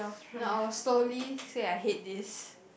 no I will slowly say I hate this